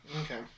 okay